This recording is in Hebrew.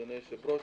אדוני היושב-ראש,